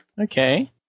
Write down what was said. Okay